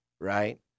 right